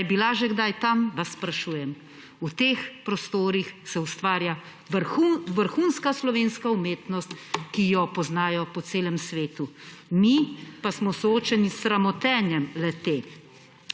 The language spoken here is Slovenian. Ali je bila že kdaj tam, vas sprašujem. V teh prostorih se ustvarja vrhunska slovenska umetnost, ki jo poznajo po celem svetu. Mi pa smo soočeni s sramotenjem le-te.